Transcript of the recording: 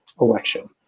election